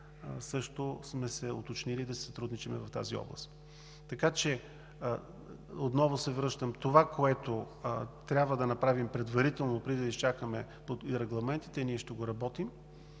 също сме се уточнили да си сътрудничим в тази област. Това, което трябва да направим предварително, преди да изчакаме и регламентите, ние ще го работим.